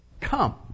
come